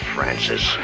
Francis